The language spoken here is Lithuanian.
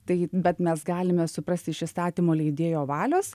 tai bet mes galime suprasti iš įstatymo leidėjo valios